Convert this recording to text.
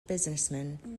businessman